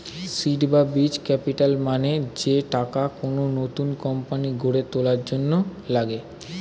seed বা বীজ capital মানে যে টাকা কোন নতুন কোম্পানি গড়ে তোলার জন্য লাগে